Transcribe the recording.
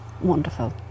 wonderful